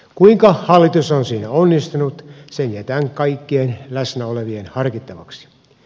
kuinka hallitus on siinä onnistunut sen jätän kaikkien läsnä olevien harkittavaksi